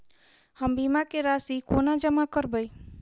हम बीमा केँ राशि कोना जमा करबै?